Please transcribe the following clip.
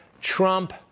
Trump